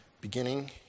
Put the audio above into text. beginning